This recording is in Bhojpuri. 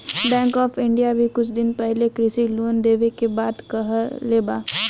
बैंक ऑफ़ इंडिया भी कुछ दिन पाहिले कृषि लोन देवे के बात कहले बा